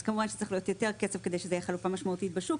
אז כמובן שצריך להיות יותר כסף כדי שזה יהיה חלופה משמעותית בשוק,